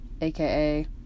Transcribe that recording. aka